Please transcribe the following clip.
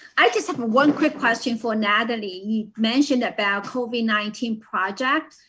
i just have one quick question for natalie. you mentioned about covid nineteen project.